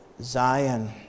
zion